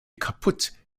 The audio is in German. kaputt